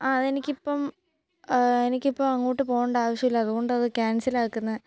അതെനിക്ക് ഇപ്പോള് എനിക്കിപ്പോള് അങ്ങോട്ട് പോകേണ്ട ആവശ്യം ഇല്ല അതുകൊണ്ട് അത് ക്യാൻസൽ ആക്കുന്നേ